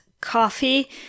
coffee